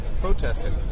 protesting